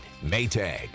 Maytag